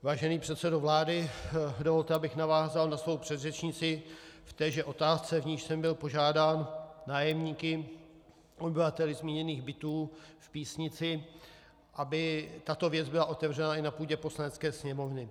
Vážený předsedo vlády, dovolte, abych navázal na svou předřečnici v téže otázce, v níž jsem byl požádán nájemníky, obyvateli zmíněných bytů v Písnici, aby tato věc byla otevřena i na půdě Poslanecké sněmovny.